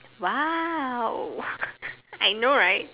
!wow! I know right